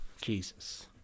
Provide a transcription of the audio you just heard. Jesus